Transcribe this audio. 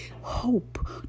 Hope